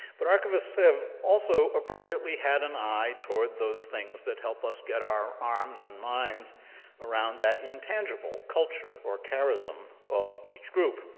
but archivists have also, appropriately, had an eye toward those things that help us get our arms and minds around that intangible culture, or charism, of each group.